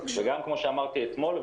כמו שאמרתי אתמול,